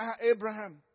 Abraham